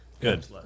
Good